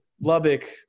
Lubbock